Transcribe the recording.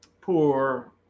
poor